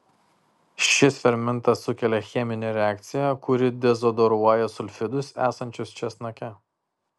šis fermentas sukelia cheminę reakciją kuri dezodoruoja sulfidus esančius česnake